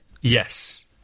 Yes